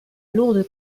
lourde